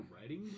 writing